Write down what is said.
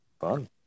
fun